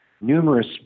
numerous